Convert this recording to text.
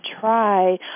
try